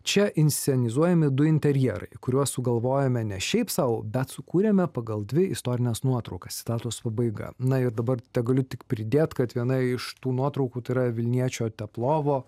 čia inscenizuojami du interjerai kuriuos sugalvojome ne šiaip sau bet sukūrėme pagal dvi istorines nuotraukas citatos pabaiga na ir dabar tegaliu tik pridėt kad viena iš tų nuotraukų yra vilniečio teplovo